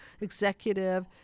executive